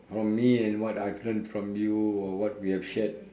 from me and what I've learnt from you or what we have shared